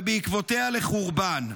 ובעקבותיה לחורבן.